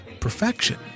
perfection